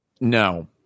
No